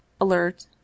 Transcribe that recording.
alert